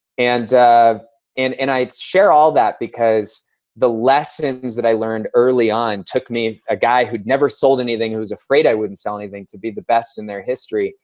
and and and i share all that because the lessons that i learned early on took me, a guy who'd never sold anything, who was afraid i wouldn't sell anything, to be the best in their history.